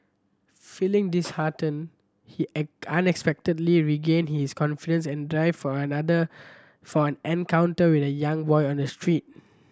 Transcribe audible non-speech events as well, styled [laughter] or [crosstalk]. feeling disheartened he [unintelligible] unexpectedly regain his confidence and drive for another from an encounter with a young boy on the street